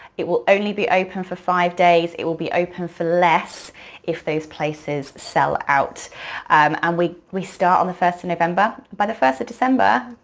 it will only be open for five days. it will be open for less if those places sell out um um and we start on the first of november. by the first of december,